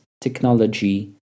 technology